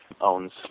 owns